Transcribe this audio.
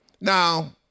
Now